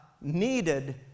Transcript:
needed